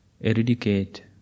eradicate